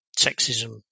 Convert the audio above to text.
sexism